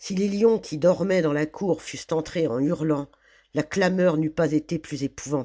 si les lions qui dormaient dans la cour fussent entrés en hurlant la clameur n'eût pas été plus épouvantable